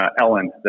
Ellen